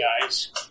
guys